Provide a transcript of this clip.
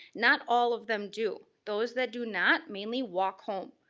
not all of them do. those that do not mainly walk home.